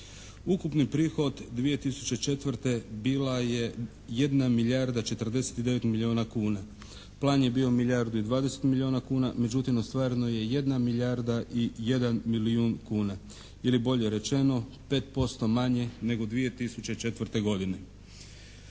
Ukupni prihod 2004. bila je 1 milijarda 049 milijuna kuna. Plan je bio milijardu i 020 milijuna kuna međutim ostvareno je jedna milijarda i jedan milijun kuna ili bolje rečeno 5% manje nego 2004. godine.